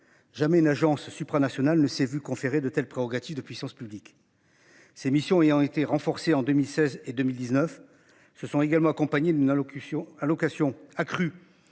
Jamais une agence supranational ne s'est vu conférer de telle prérogative de puissance publique. C'est mission ayant été renforcée en 2016 et 2019. Ce sont également accompagnés d'une allocution. Accrue.